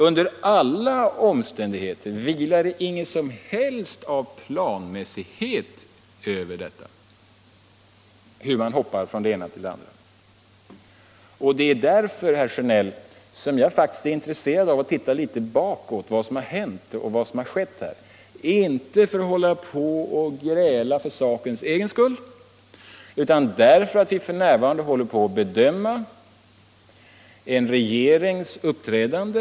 Under alla omständigheter vilar det inget som helst av planmässighet över hur man hoppar från det ena till det andra. Och det är därför, herr Sjönell, som jag faktiskt är intresserad av att titta litet bakåt, på vad som har skett här. Det är inte för att gräla för sakens egen skull utan därför att vi f.n. håller på att bedöma en regerings uppträdande.